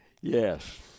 Yes